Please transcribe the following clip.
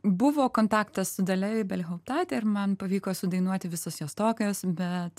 buvo kontaktas su dalia ibelhauptaite ir man pavyko sudainuoti visos jos tokios bet